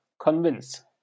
convince